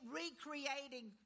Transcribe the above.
recreating